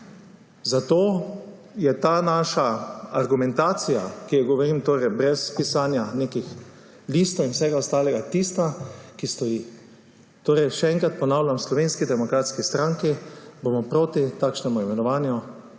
Zato je ta naša argumentacija, ki jo govorim, torej brez pisanja nekih listov in vsega ostalega, tista, ki stoji. Še enkrat ponavljam. V Slovenski demokratski stranki bomo proti imenovanju